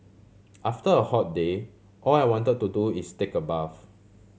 after a hot day all I want to do is take a bath